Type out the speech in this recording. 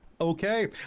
Okay